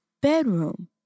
bedroom